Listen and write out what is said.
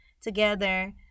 together